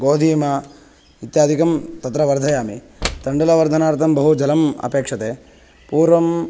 गोधूम इत्यादिकं तत्र वर्धयामि तण्डुलवर्धनार्थं बहु जलम् अपेक्षते पूर्वं